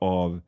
av